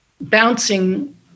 bouncing